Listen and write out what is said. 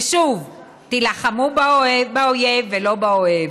ושוב: תילחמו באויב ולא באוהב,